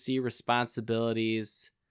responsibilities